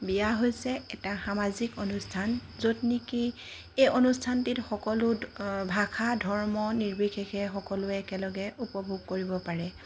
বিয়া হৈছে এটা সামাজিক অনুষ্ঠান য'ত নেকি এই অনুষ্ঠানটিত সকলো ভাষা ধৰ্ম নিৰ্বিশেষে সকলোৱে একেলগে উপভোগ কৰিব পাৰে